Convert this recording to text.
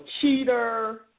cheater